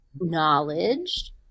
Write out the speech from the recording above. knowledge